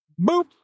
Boop